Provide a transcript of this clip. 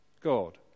God